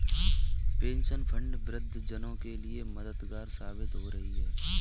pension fund वृद्ध जनों के लिए मददगार साबित हो रही है